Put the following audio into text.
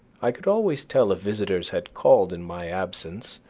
i could always tell if visitors had called in my absence,